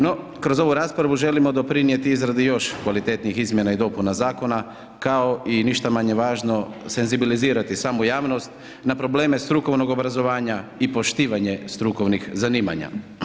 No, kroz ovu raspravu želimo doprinijeti izradi još kvalitetnih izmjena i dopuna zakona, kao i ništa manje važno, senzibilizirati samu javnost na probleme strukovnog obrazovanja i poštivanje strukovnih zanimanja.